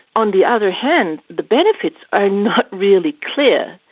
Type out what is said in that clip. on the other hand, the benefits are not really clear.